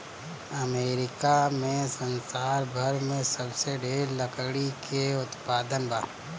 America में संसार भर में सबसे ढेर लकड़ी के उत्पादन बा